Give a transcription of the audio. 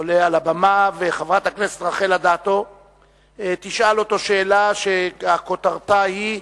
עולה על הבמה וחברת הכנסת רחל אדטו תשאל אותו שאלה שכותרתה היא: